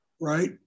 right